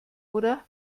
oder